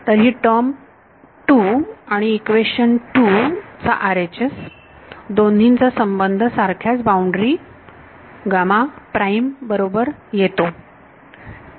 तर ही टर्म 2 आणि इक्वेशन दोन चा RHS दोन्हींचा संबंध सारख्याच बाउंड्री बरोबर येतो